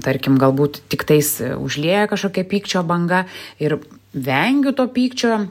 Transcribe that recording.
tarkim galbūt tiktais užlieja kažkokia pykčio banga ir vengiu to pykčio